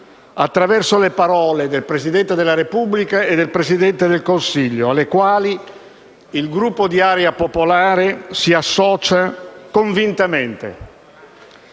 attraverso le parole del Presidente della Repubblica e del Presidente del Consiglio, alle quali il Gruppo di Area Popolare si associa convintamente.